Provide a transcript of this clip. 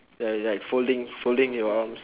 ya like folding folding your arms